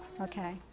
Okay